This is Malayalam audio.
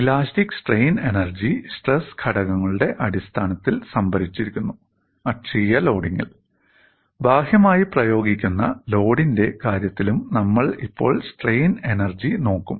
ഇലാസ്റ്റിക് സ്ട്രെയിൻ എനർജി സ്ട്രെസ് ഘടകങ്ങളുടെ അടിസ്ഥാനത്തിൽ സംഭരിച്ചിരിക്കുന്നു അക്ഷീയ ലോഡിംഗിൽ ബാഹ്യമായി പ്രയോഗിക്കുന്ന ലോഡിന്റെ കാര്യത്തിലും നമ്മൾ ഇപ്പോൾ സ്ട്രെയിൻ എനർജി നോക്കും